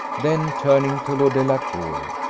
then turning to lord delacour,